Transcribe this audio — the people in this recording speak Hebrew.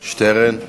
שטרן.